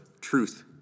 Truth